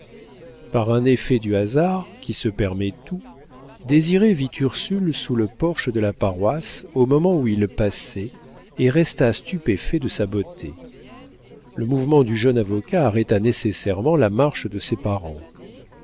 par un effet du hasard qui se permet tout désiré vit ursule sous le porche de la paroisse au moment où il passait et resta stupéfait de sa beauté le mouvement du jeune avocat arrêta nécessairement la marche de ses parents